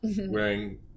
wearing